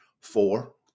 Four